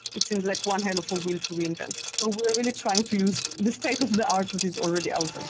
it seems like one hell of a wheel to reinvent. ah we're really trying to use the state of the art that is already out there.